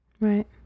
Right